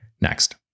next